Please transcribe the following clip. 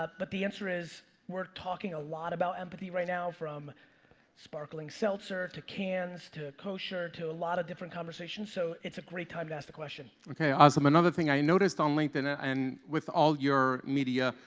but but the answer is we're talking a lot about empathy right now from sparkling seltzer, to cans, to kosher, to a lotta different conversations. so it's a great time to ask the question. okay, awesome. another thing, i noticed on linkedin ah and with all your media,